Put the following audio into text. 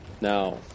Now